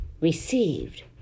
received